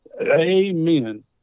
Amen